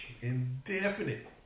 Indefinite